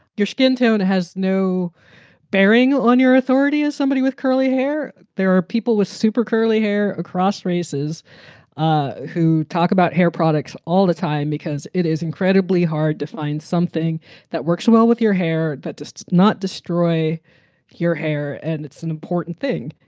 your skin tone has no bearing on your authority as somebody with curly hair. there are people with super curly hair across races ah who talk about hair products all the time because it is incredibly hard to find something that works well with your hair. but just not destroy your hair. and it's an important thing.